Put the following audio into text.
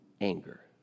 anger